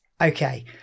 Okay